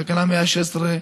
תיקון 116,